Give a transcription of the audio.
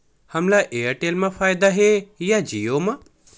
हमला एयरटेल मा फ़ायदा हे या जिओ मा?